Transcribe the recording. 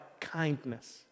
kindness